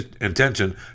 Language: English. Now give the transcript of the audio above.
intention